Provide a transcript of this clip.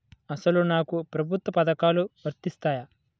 అసలు నాకు ప్రభుత్వ పథకాలు వర్తిస్తాయా?